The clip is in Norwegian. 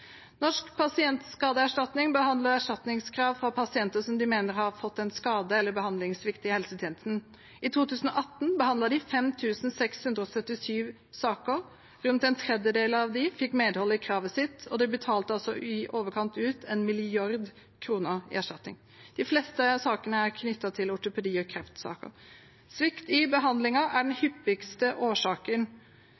Norsk pasientskadeerstatning behandler erstatningskrav fra pasienter som de mener har fått en skade eller behandlingssvikt i helsetjenesten. I 2018 behandlet de 5 677 saker. Rundt en tredjedel fikk medhold i kravet sitt, og det ble utbetalt i overkant av 1 mrd. kr i erstatning. De fleste sakene er knyttet til ortopedi og kreft. Svikt i behandlingen er den